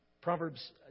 Proverbs